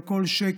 על כל שקל,